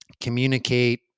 communicate